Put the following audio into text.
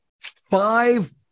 five